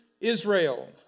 Israel